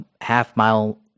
half-mile